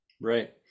right